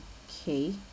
okay